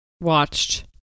watched